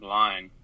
line